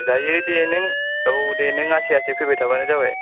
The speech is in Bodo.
जायो दे नों औ दे नों आसथे आसथे फैबाय थाबानो जाबाय